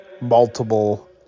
multiple